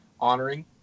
honoring